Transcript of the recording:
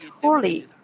holy